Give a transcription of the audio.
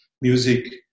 music